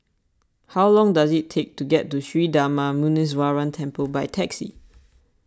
how long does it take to get to Sri Darma Muneeswaran Temple by taxi